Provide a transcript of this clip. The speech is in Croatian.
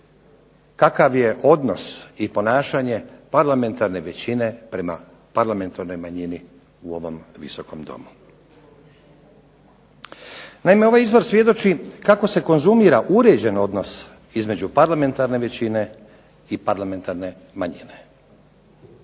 kakav je odnos i ponašanje parlamentarne većine prema parlamentarnoj manjini u ovom Visokom domu. Naime ovaj izvor svjedoči kako se konzumira uređen odnos između parlamentarne većine i parlamentarne manjine.